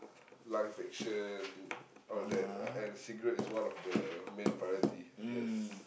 lung infection all that and cigarette is one of the main priority yes